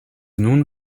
nun